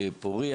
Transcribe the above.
פוריה,